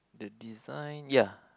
the design ya